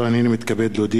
הנני מתכבד להודיע,